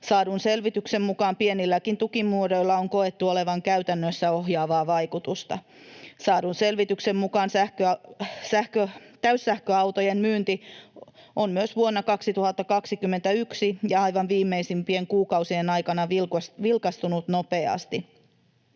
Saadun selvityksen mukaan pienilläkin tukimuodoilla on koettu olevan käytännössä ohjaavaa vaikutusta. Saadun selvityksen mukaan täyssähköautojen myynti on myös vuonna 2021 ja aivan viimeisimpien kuukausien aikana vilkastunut nopeasti.